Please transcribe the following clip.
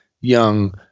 young